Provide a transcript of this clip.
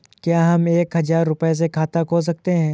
क्या हम एक हजार रुपये से खाता खोल सकते हैं?